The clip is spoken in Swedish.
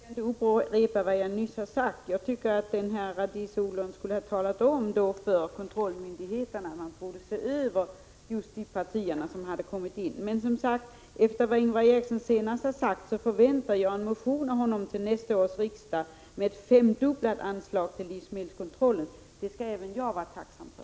Herr talman! Jag skall inte upprepa vad jag nyss sagt. Jag tycker att rädisodlaren skulle ha talat om för kontrollmyndigheten att man borde se över de partier som kommit in. Efter vad Ingvar Eriksson senast sade förväntar jag mig av honom till nästa års riksmöte en motion med förslag till femdubblat anslag till livsmedelskontroll. Det skulle även jag vara tacksam för.